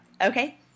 Okay